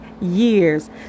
years